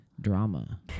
drama